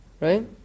right